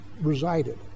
resided